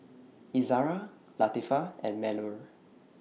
Izzara Latifa and Melur